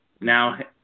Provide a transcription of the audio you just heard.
now